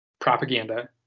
propaganda